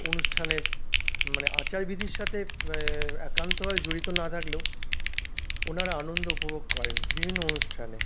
অনুষ্ঠানের মানে আচারবিধির সঙ্গে একান্তভাবে জড়িত না থাকলেও ওনারা আনন্দ উপভোগ করেন বিভিন্ন অনুষ্ঠানে